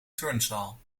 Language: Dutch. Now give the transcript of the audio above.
turnzaal